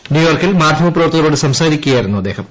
ന്യൂയോർക്കിൽ മാധ്യമ പ്രവർത്തകരോട് സംസാരിക്കുകയായിരുന്നു ശ്ന്ദേഹം